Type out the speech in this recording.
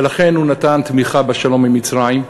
ולכן הוא נתן תמיכה בשלום עם מצרים,